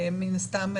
מן הסתם,